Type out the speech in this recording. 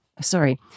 Sorry